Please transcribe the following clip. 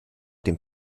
dem